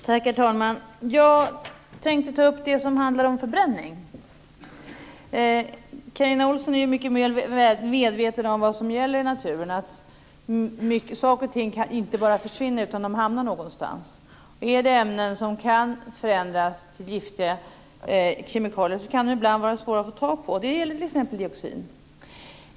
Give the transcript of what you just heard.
Herr talman! Jag tänkte ta upp det som handlar om förbränning. Carina Ohlsson är ju mycket väl medveten om vad som gäller i naturen. Saker och ting kan inte bara försvinna, utan de hamnar någonstans. Är det ämnen som kan förändras till giftiga kemikalier kan de ibland vara svåra att få tag på. Det gäller t.ex. dioxin.